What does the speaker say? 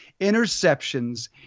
interceptions